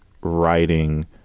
writing